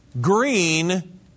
Green